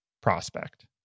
prospect